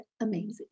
amazing